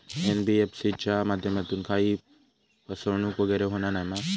NBFC च्या माध्यमातून काही फसवणूक वगैरे होना नाय मा?